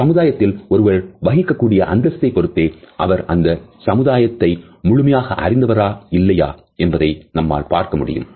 சமுதாயத்தில் ஒருவர் வகிக்கக்கூடிய அந்தஸ்தை பொருத்தே அவர் அந்த சமுதாயத்தை முழுமையாக அறிந்தவராக இல்லையா என்பதை நம்மால் பார்க்க முடியும்